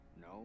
No